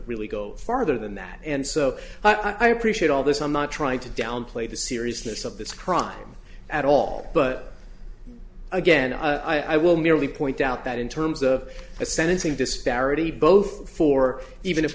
really go farther than that and so i appreciate all this i'm not trying to downplay the seriousness of this crime at all but again i will merely point out that in terms of the sentencing disparity both for even if